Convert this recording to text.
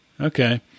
Okay